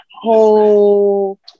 whole